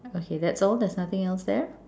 okay that's all there's nothing else there